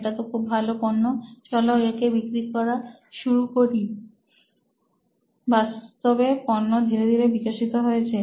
এটা তো খুব ভালো পণ্য চলো একে বিক্রি করা শুরু করি বাস্তবে পণ্য ধীরে ধীরে বিকশিত হয়েছে